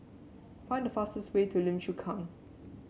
find the fastest way to Lim Chu Kang